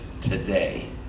today